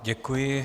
Děkuji.